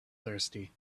thirsty